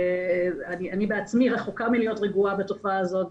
אני בעצמי רחוקה מלהיות רגועה מהתופעה הזאת.